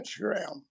Instagram